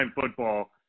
football